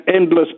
endless